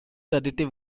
additive